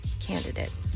candidate